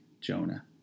Jonah